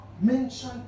mention